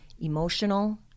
emotional